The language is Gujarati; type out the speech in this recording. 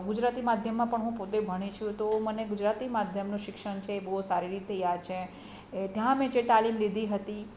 ગુજરાતી માધ્યમમાં પણ હું પોતે ભણી છું તો મને ગુજરાતી માધ્યમનું શિક્ષણ છે બહુ સારી રીતે યાદ છે એ ત્યાં અમે જે તાલીમ લીધી હતી